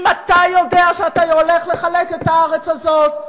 אם אתה יודע שאתה הולך לחלק את הארץ הזאת,